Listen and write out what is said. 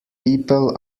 people